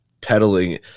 peddling